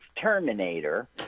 Terminator